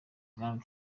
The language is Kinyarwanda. bwana